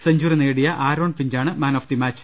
century നേടിയ Aaron ഫിഞ്ചാണ് man of the match